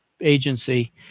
agency